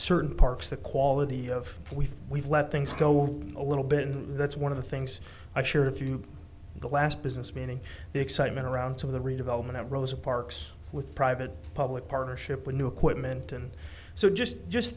certainly parks the quality of we've we've let things go a little bit and that's one of the things i shared a few of the last business meeting the excitement around some of the redevelopment rosa parks with private public partnership with new equipment and so just just